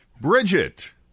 Bridget